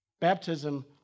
Baptism